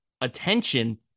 attention